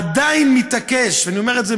ואני אמר את זה,